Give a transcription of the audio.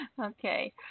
Okay